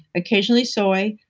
occasionally soy.